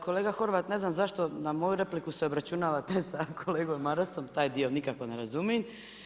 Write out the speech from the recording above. Kolega Horvat, ne znam zašto na mogu repliku se obračunavate sa kolegom Marasom, taj dio nikako ne razumijem.